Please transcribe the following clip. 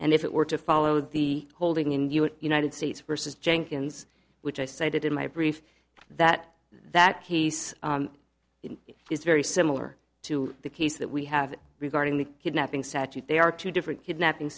and if it were to follow the holding in the united states versus jenkins which i cited in my brief that that case is very similar to the case that we have regarding the kidnapping statute they are two different kidnapping